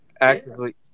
actively